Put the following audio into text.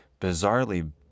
bizarrely